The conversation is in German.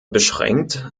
beschränkt